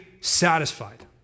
satisfied